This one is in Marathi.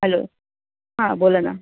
हॅलो हां बोला ना